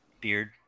Beard